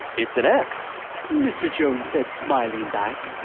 it's an x mr. jones said smiling back.